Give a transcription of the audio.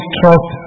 trust